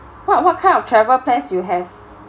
what what kind of travel plans you have